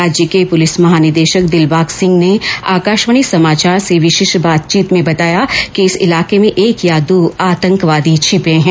राज्य के पुलिस महानिदेशक दिलबाग सिंह ने आकाशवाणी समाचार से विशेष बातचीत में बताया कि इस इलाके में एक या दो आतंकवादी छिपे हैं